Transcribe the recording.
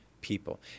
people